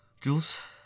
Jules